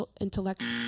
intellectual